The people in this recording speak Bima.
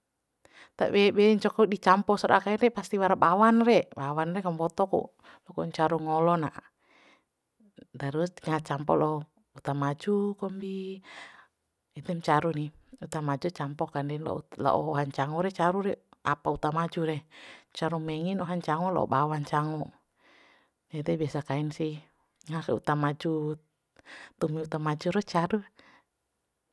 Tabe be ncauk di campo sara'a kain re pasti wara bawan re bawan re kamboto ku lokun caru ngolo na terus kacampo la'o uta maju kombi edem caru ni uta maju campo kanden lao la'o oha ncango re caru re apa uta maju re caru mengin oha ncango la'o bawa ncango ede biasa kain sih ngaha kai uta maju tumi uta maju rau caru